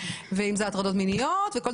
בהטרדות מיניות -- אין פחד.